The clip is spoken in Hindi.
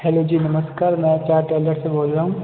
हेलो जी नमस्कार मैं अच आर टेलर से बोल रहा हूँ